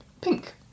pink